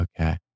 okay